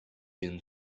been